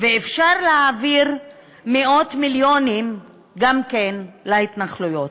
ואפשר להעביר מאות מיליונים גם כן להתנחלויות.